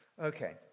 Okay